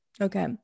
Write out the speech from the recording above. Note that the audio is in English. Okay